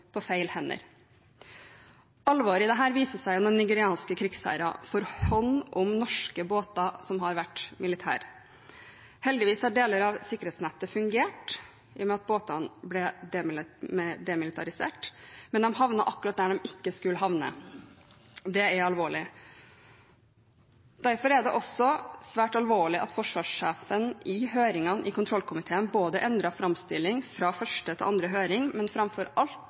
feil hender. Alvoret i dette viser seg når nigerianske krigsherrer får hånd om norske båter som har vært militære. Heldigvis har deler av sikkerhetsnettet fungert i og med at båtene ble demilitarisert, men de havnet akkurat der de ikke skulle havne. Det er alvorlig. Derfor er det også svært alvorlig at Forsvarssjefen i høringene i kontrollkomiteen endret framstilling fra første til andre høring, men framfor alt